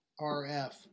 RF